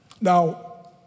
Now